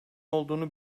olduğunu